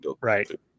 Right